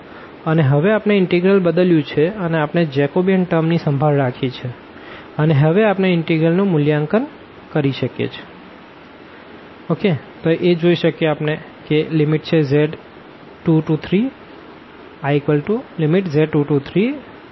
અને હવે આપણે ઇનટેગ્રલ બદલ્યું છે અને આપણે જેકોબિયન ટર્મ ની સંભાળ રાખી છે અને હવે આપણે ઇનટેગ્રલ નું મૂલ્યાંકન કરી શકીએ